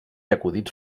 acudits